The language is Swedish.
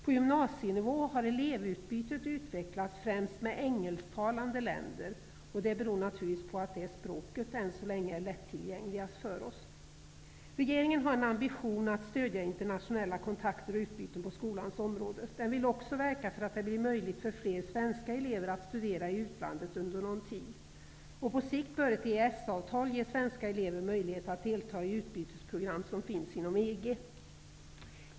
På gymnasienivå har elevutbytet utvecklats främst med engelsktalande länder. Det beror naturligtvis på att det språket än så länge är mest lättillgängligt för oss. Regeringen har en ambition att stödja internationella kontakter och utbyten på skolans område. Den vill också verka för att det skall bli möjligt för fler svenska elever att studera i utlandet under någon tid. På sikt bör ett EES-avtal ge svenska elever möjlighet att delta i de utbytesprogram som finns inom EG.